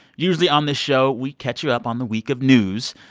usually, on this show, we catch you up on the week of news.